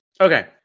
Okay